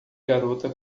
garota